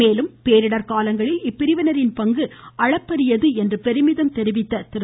மேலும் பேரிடர் காலங்களில் இப்பிரிவினரின் பங்கு அளப்பரியாதது என்று பெருமிதம் தெரிவித்த திரு